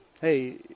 hey